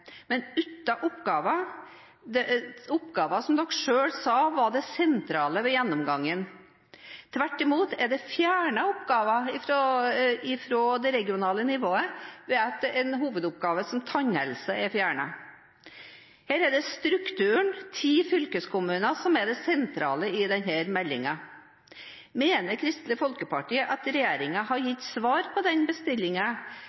men uten oppgaver som dere selv sa var det sentrale ved gjennomgangen. Tvert imot er det fjernet oppgaver fra det regionale nivået ved at en hovedoppgave som tannhelse er fjernet. Det er strukturen ti fylkeskommuner som er det sentrale i denne meldingen. Mener Kristelig Folkeparti at regjeringen har